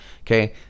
okay